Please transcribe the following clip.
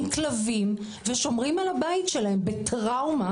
עם כלבים ושומרים על הבית שלהם בטראומה.